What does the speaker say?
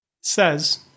Says